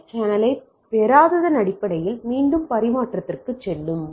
S சேனலைப் பெறாததன் அடிப்படையில் மீண்டும் பரிமாற்றத்திற்கு செல்லும்